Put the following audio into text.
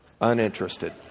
uninterested